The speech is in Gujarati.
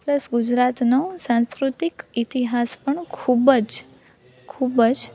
પ્લસ ગુજરાતનો સાંસ્કૃતિક ઇતિહાસ પણ ખૂબ જ ખૂબ જ